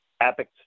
epic